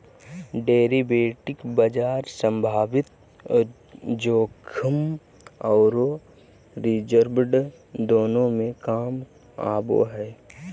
derivative बाजार संभावित जोखिम औरो रिवार्ड्स दोनों में काम आबो हइ